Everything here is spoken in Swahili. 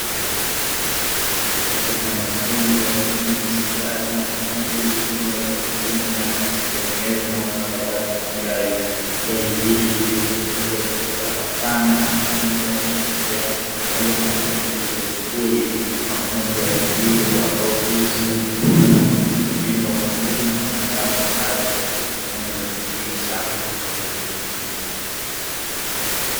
Katika mafunzo ya ufundi stadi, wanafunzi hujifunza kwa vitendo namna ya kutengeneza na ukarabati magari. Gari hili lililofunguliwa likiwa karakana na mafundi wanaoshirikiana kukagua na kubadilisha vipuri; mafunzo ya aina hii huwapa ujuzi wa mikono, kujenga umakini na kuwaandaa kwa kazi za kiufundi, zinazohitajika sana katika jamii.